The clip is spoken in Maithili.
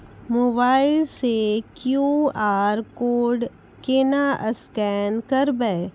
मोबाइल से क्यू.आर कोड केना स्कैन करबै?